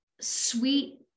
sweet